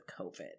COVID